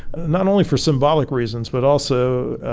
not only for symbolic reasons but also